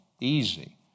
easy